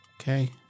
Okay